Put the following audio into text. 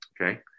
Okay